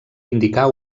indicar